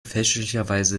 fälschlicherweise